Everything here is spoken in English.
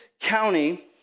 county